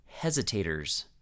hesitators